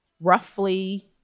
Roughly